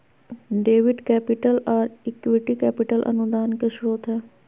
debit capital, आर equity capital अनुदान के स्रोत हय